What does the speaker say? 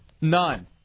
None